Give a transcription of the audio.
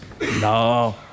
No